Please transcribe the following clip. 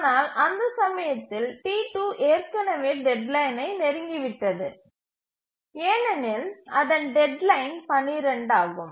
ஆனால் அந்த சமயத்தில் T2 ஏற்கனவே டெட்லைனை நெருங்கிவிட்டது ஏனெனில் அதன் டெட்லைன் 12 ஆகும்